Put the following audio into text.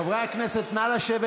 חברי הכנסת, נא לשבת.